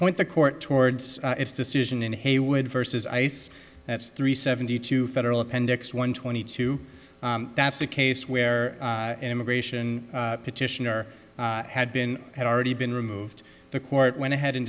point the court towards its decision in heywood versus ice that's three seventy two federal appendix one twenty two that's a case where an immigration petitioner had been had already been removed the court went ahead and